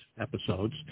episodes